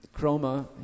Chroma